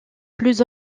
plus